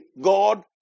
God